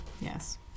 Yes